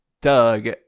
Doug